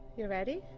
yeah ready,